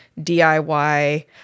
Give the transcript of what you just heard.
DIY